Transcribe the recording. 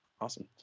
Awesome